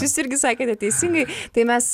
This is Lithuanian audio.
jūs irgi sakėte teisingai tai mes